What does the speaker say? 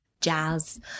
jazz